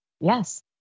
Yes